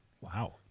Wow